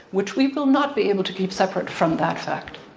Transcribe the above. which we will not be able to keep separate from that fact.